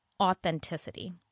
authenticity